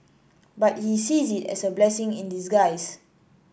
but he sees it as a blessing in disguise